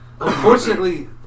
Unfortunately